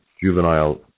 Juvenile